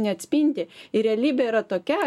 neatspindi ir realybė yra tokia